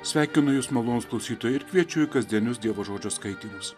sveikinu jus malonūs klausytojai ir kviečiu į kasdienius dievo žodžio skaitinius